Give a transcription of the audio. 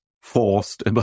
forced